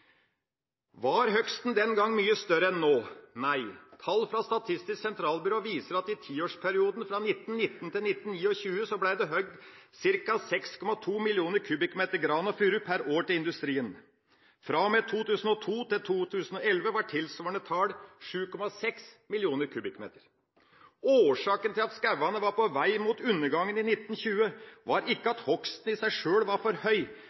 Var hogsten den gang mye større enn den er nå? Nei. Tall fra Statistisk sentralbyrå viser at i tiårsperioden fra 1919 til 1929 ble det hogd ca. 6,2 millioner m3 gran og furu per år til industrien. Fra og med 2002 til 2011 var tilsvarende tall 7,6 millioner m3. Årsaken til at skogene var på veg «mot undergangen» i 1920 var ikke at hogsten i seg sjøl var for høy,